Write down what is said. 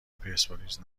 پرسپولیس